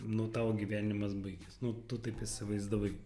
nu tavo gyvenimas baigės nu tu taip įsivaizdavai